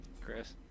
Chris